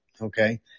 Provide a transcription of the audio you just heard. okay